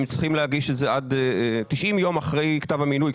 זאת לא ועדה הם צריכים להגיש 90 ימים אחרי כתב המינוי.